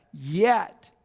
yet,